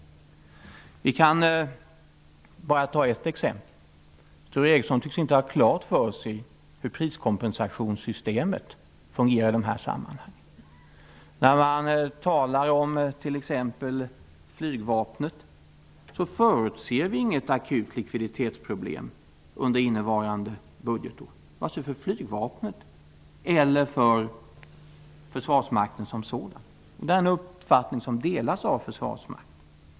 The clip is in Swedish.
För att bara nämna ett exempel tycks Sture Ericson inte ha klart för sig hur priskompensationssystemet fungerar i de här sammanhangen. Vi förutser inget akut likviditetsproblem under innevarande budgetår, vare sig för flygvapnet eller för försvarsmakten som helhet. Den uppfattningen delas av försvarsmakten.